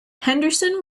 henderson